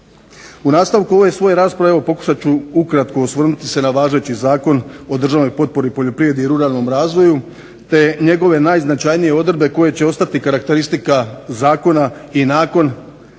U nastavku ove svoje rasprave pokušat ću ukratko osvrnuti se na važeći Zakon o državnoj potpori poljoprivredi i ruralnom razvoju te njegove najznačajnije odredbe koje će ostati karakteristika zakona i nakon